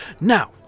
Now